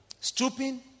stooping